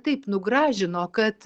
taip nugražino kad